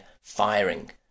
firing